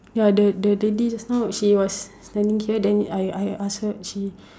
ya the the the lady just now she was standing here then I I I ask her she